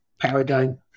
paradigm